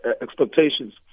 expectations